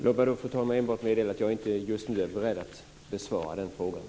Fru talman! Jag kan bara meddela att jag inte är beredd att just nu ge ett svar.